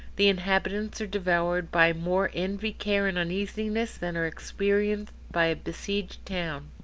the inhabitants are devoured by more envy, care, and uneasiness than are experienced by a besieged town.